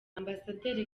ambasaderi